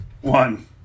one